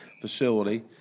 facility